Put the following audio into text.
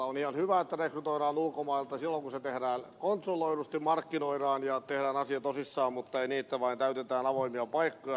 on ihan hyvä että rekrytoidaan ulkomailta silloin kun se tehdään kontrolloidusti markkinoidaan ja tehdään asia tosissaan mutta ei niin että vain täytetään avoimia paikkoja